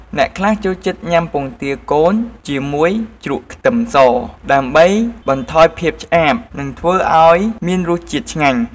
អ្នកខ្លះចូលចិត្តញ៉ាំពងទាកូនជាមួយជ្រក់ខ្ទឹមស ដើម្បីបន្ថយភាពឆ្អាបនិងធ្វើឱ្យមានរសជាតិឆ្ងាញ់។